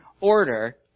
order